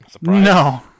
No